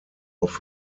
auf